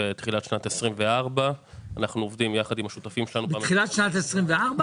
ולחברה אין כסף לשלם את המשכורות לעובדים.